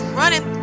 running